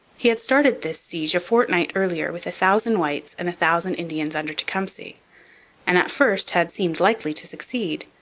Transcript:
he had started this siege a fortnight earlier with a thousand whites and a thousand indians under tecumseh and at first had seemed likely to succeed.